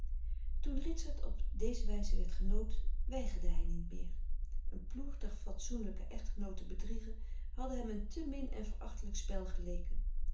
toen ritsert op deze wijze werd genood weigerde hij niet meer een ploertig fatsoenlijken echtgenoot te bedriegen hadde hem een te min en verachtelijk spel geleken